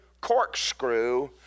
corkscrew